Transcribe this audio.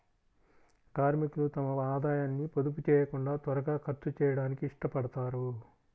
కార్మికులు తమ ఆదాయాన్ని పొదుపు చేయకుండా త్వరగా ఖర్చు చేయడానికి ఇష్టపడతారు